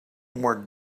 more